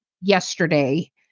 yesterday